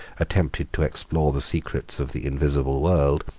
attempted to explore the secrets of the invisible world,